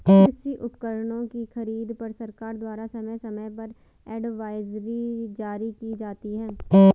कृषि उपकरणों की खरीद पर सरकार द्वारा समय समय पर एडवाइजरी जारी की जाती है